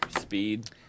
speed